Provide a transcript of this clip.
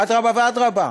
אדרבה ואדרבה.